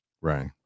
Right